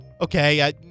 okay